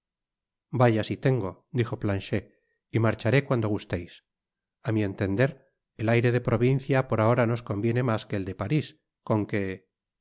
vaya si tengo dijo planchet y marcharé cuando gusteis a mi entender el aire de provincia por ahora nos conviene mas que el de parís con que